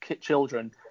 children